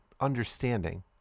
understanding